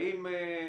האם,